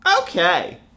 Okay